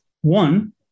One